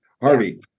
Harvey